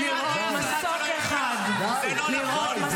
לראות מסוק אחד מעל הנובה --- די,